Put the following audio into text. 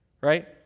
Right